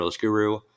Guru